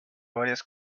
varias